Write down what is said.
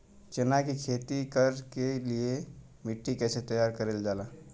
चना की खेती कर के लिए मिट्टी कैसे तैयार करें जाला?